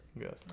Yes